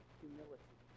humility